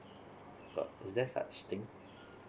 uh is there such thing